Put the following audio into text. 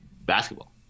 basketball